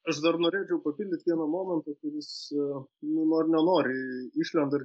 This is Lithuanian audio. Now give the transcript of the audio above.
aš dar norėčiau papildyti vienu momentu kai visi nori nenori išlenda ir